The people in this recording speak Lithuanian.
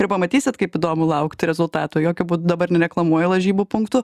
ir pamatysit kaip įdomu laukti rezultatų jokiu būdu dabar nereklamuoju lažybų punktų